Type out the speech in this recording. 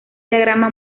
diagrama